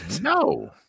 No